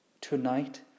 Tonight